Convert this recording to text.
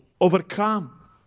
overcome